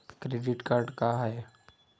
Credit card का हाय?